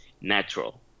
natural